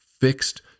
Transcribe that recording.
fixed